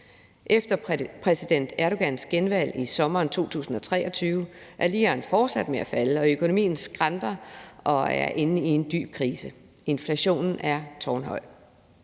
Efter præsident Erdogans genvalg i sommeren 2023 er liraen fortsat med at falde, og økonomien skranter og er inde i en dyb krise. Inflationen er tårnhøj.